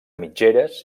mitgeres